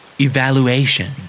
Evaluation